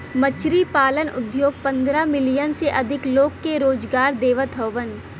मछरी पालन उद्योग पंद्रह मिलियन से अधिक लोग के रोजगार देवत हउवन